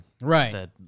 Right